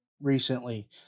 recently